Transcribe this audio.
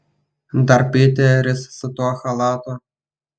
dar piteris su tuo chalatu